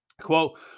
Quote